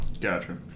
Gotcha